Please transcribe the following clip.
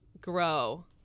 grow